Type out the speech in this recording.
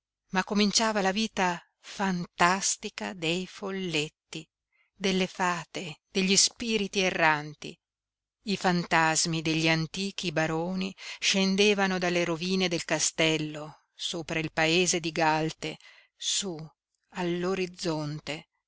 ma cominciava la vita fantastica dei folletti delle fate degli spiriti erranti i fantasmi degli antichi baroni scendevano dalle rovine del castello sopra il paese di galte su